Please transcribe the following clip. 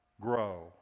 grow